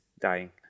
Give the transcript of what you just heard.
dying